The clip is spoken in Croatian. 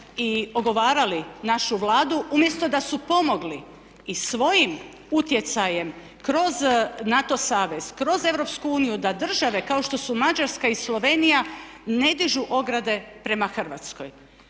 i ogovarali našu Vladu umjesto da su pomogli i svojim utjecajem kroz NATO savez, kroz EU da države kao što su Mađarska i Slovenija ne dižu ograde prema Hrvatskoj.